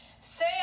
say